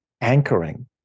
anchoring